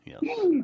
yes